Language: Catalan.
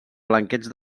blanqueig